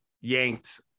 yanked